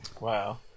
Wow